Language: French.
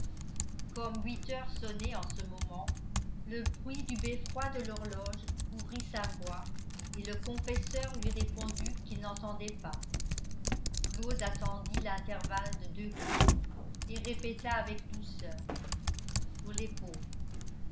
comme huit heures sonnaient en ce moment le bruit du beffroi de l'horloge couvrit sa voix et le confesseur lui répondit qu'il n'entendait pas claude attendit l'intervalle de deux coups et répéta avec douceur pour les pauvres